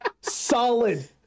Solid